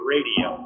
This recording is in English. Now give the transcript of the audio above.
Radio